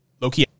Loki